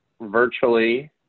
virtually